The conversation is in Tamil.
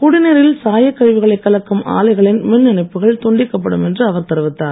குடிநீரில் சாயக்கழிவுகளை கலக்கும் ஆலைகளின் மின்இணைப்புகள் துண்டிக்கப்படும் என்று அவர் தெரிவித்தார்